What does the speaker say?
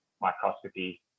microscopy